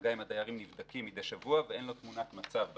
במגע עם הדיירים נבדקים מדי שבוע ואין לו תמונת מצב בעניין.